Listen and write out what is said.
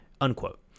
Unquote